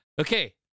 Okay